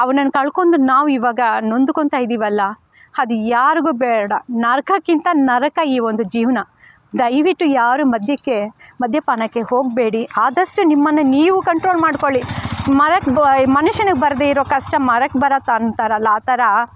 ಅವನನ್ನ ಕಳ್ಕೊಂಡು ನಾವೀವಾಗ ನೊಂದುಕೊತಾ ಇದೀವಲ್ಲಾ ಅದ್ ಯಾರಿಗು ಬೇಡ ನರಕಕ್ಕಿಂತ ನರಕ ಈ ಒಂದು ಜೀವನ ದಯವಿಟ್ಟು ಯಾರೂ ಮದ್ಯಕ್ಕೆ ಮದ್ಯಪಾನಕ್ಕೆ ಹೋಗಬೇಡಿ ಆದಷ್ಟು ನಿಮ್ಮನ್ನು ನೀವು ಕಂಟ್ರೋಲ್ ಮಾಡಿಕೊಳ್ಳಿ ಮರಕ್ಕೆ ಮನುಷ್ಯನಿಗೆ ಬರದೇ ಇರೋ ಕಷ್ಟ ಮರಕ್ಕೆ ಬರುತ್ತಾ ಅಂತಾರಲ್ಲ ಆ ಥರ